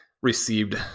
received